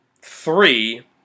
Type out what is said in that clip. three